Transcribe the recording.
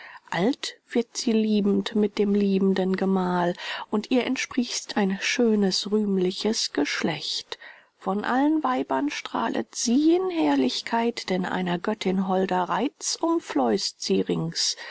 alt wird sie liebend mit dem liebenden gemahl und ihr entsprießt ein schönes rühmliches geschlecht von allen weibern strahlet sie in herrlichkeit denn einer göttin holder reiz